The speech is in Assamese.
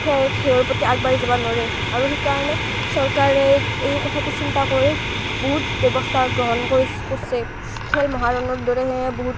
খে খেহৰ প্ৰতি আগবাঢ়ি যাবা নৰে আৰু সেইকাৰণে চৰকাৰে এই এই কথাটো চিন্তা কৰিও বহুত ব্যৱস্থা গ্ৰহণ কৰি কৰ্ছে খেল মহাৰণৰ দৰেহে বহুত